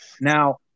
Now